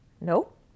Nope